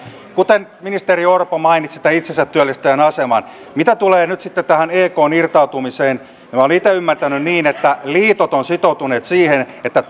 kuten ministeri orpo mainitsi tämän itsensätyöllistäjien aseman mitä tulee nyt sitten tähän ekn irtautumiseen minä olen itse ymmärtänyt että liitot ovat sitoutuneet siihen että